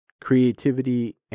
creativity